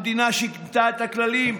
המדינה שינתה את הכללים,